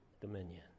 dominion